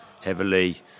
heavily